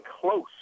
close